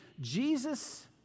jesus